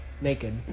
naked